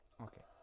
Okay